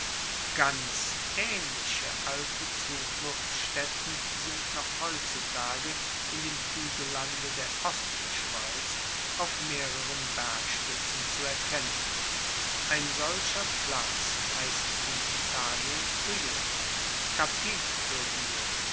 ganz aehnliche alte zufluchtsstaetten sind noch heutzutage in dem huegellande der ostschweiz auf mehreren bergspitzen zu erkennen ein solcher platz heisst in italien hoehe